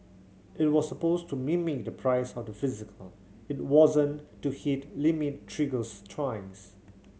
it was supposed to mimic the price of the physical it wasn't to hit limit triggers twice